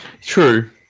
True